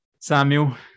Samuel